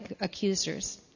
accusers